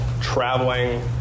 traveling